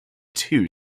two